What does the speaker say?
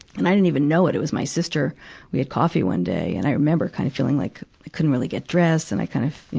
and i didn't even know it. it was my sister we had coffee one day. and i remember kind of feeling like, i couldn't really get dressed, and i kind of,